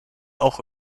auch